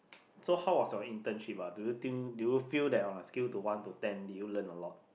so how was your internship ah do you think do you feel that on a scale to one to ten do you learn a lot